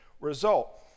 result